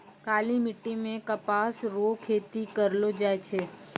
काली मिट्टी मे कपास रो खेती करलो जाय छै